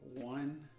one